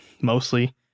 mostly